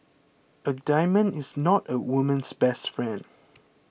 a diamond is not a woman's best friend